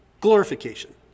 glorification